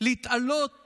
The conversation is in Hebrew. להתעלות